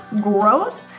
growth